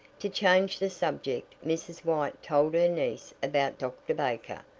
to change the subject mrs. white told her niece about dr. baker,